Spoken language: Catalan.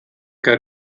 que